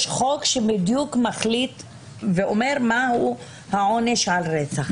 יש חוק שבדיוק מחליט ואומר מהו העונש על רצח.